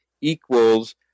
equals